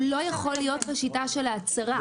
הוא לא יכול להיות בשיטה של ההצהרה.